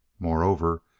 moreover,